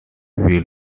will